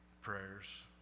prayers